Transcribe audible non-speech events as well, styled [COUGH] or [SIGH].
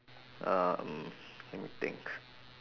um [BREATH] let me think